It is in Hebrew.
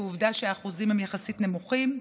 כי עובדה שהאחוזים הם יחסית נמוכים.